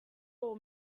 all